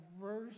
verse